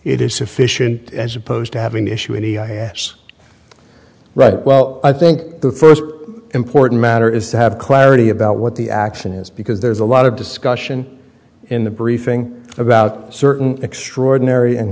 it is sufficient as opposed to having to issue any i a s rather well i think the first important matter is to have clarity about what the action is because there's a lot of discussion in the briefing about certain extraordinary and